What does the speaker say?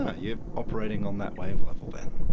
ah, you're operating on that wave level then.